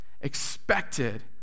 Expected